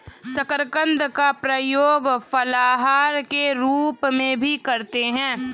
शकरकंद का प्रयोग फलाहार के रूप में भी करते हैं